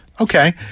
Okay